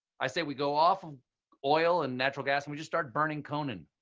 i say we go off of oil and natural gas, and we just start burning conan.